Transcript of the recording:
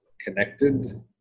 connected